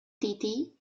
tití